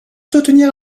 soutenir